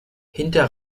hinter